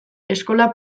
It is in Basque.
eskola